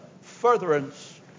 furtherance